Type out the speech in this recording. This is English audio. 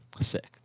Sick